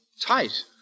Tight